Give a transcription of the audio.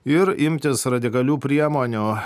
ir imtis radikalių priemonių